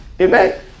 Amen